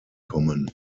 kommen